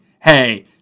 hey